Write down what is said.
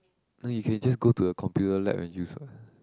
no you can just go to a computer lab and use what